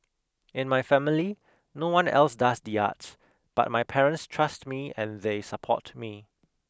in my family no one else does the arts but my parents trust me and they support me